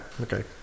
Okay